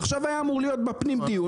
עכשיו היה אמור להיות דיון בוועדת הפנים,